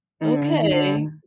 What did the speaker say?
Okay